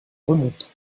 remontant